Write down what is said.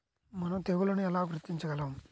మనం తెగుళ్లను ఎలా గుర్తించగలం?